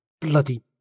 Bloody